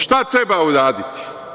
Šta treba uraditi?